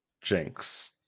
jinx